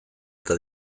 eta